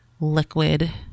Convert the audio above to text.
liquid